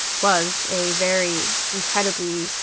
was a very incredibly